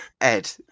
Ed